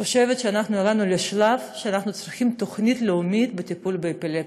חושבת שאנחנו עברנו לשלב שאנחנו צריכים תוכנית לאומית לטיפול באפילפסיה,